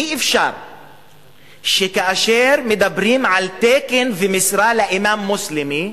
אי-אפשר שכאשר מדברים על תקן ומשרה לאימאם מוסלמי,